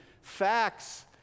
facts